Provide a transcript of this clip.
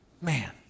Man